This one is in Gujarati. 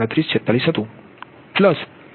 3846 હતી